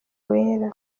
wera